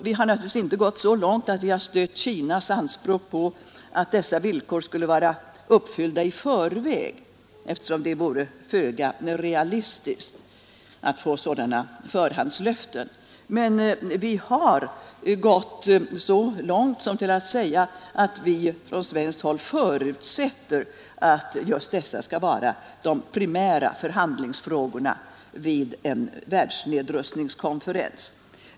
Vi har naturligtvis inte gått så långt att vi har stött Kinas anspråk på att dessa villkor skulle vara uppfyllda i förväg, eftersom det skulle vara föga realistiskt att tro att man skulle kunna få sådana förhandslöften. Men vi har gått så långt som till att säga att vi från svenskt håll förutsätter att detta skall vara de primära förhandlingsfrågorna vid en världsnedrustningskonferens.